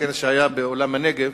בכנס שהיה באולם "נגב",